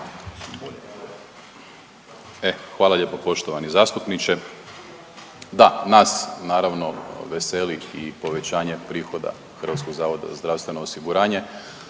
hvala lijepo poštovani zastupniče. Da, nas naravno veseli i povećanje prihoda Hrvatskog zavoda za zdravstveno osiguranje.